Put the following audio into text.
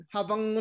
Habang